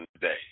today